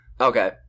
Okay